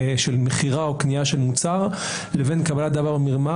של מכירה או קנייה של מוצר לבין קבלת דבר במרמה